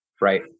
Right